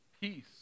peace